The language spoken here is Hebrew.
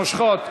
מושכות.